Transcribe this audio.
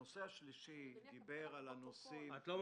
הנושא השלישי הוא